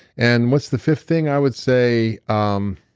and what's the fifth thing? i would say um